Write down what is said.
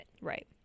Right